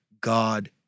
God